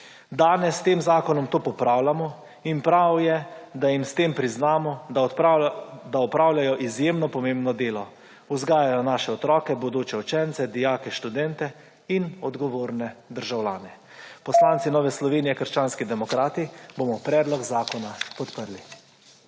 Danes s tem zakonom to popravljamo in prav je, da jim s tem priznamo, da opravljajo izjemno pomembno delo: vzgajajo naše otroke, bodoče učence, dijake, študente in odgovorne državljanke. Poslanci Nove Slovenije – krščanski demokrati bomo predlog zakona podprli.